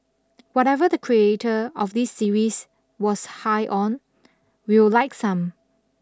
whatever the creator of this series was high on we'll like some